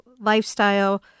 lifestyle